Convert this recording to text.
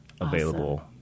available